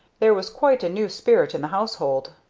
there was quite a new spirit in the household.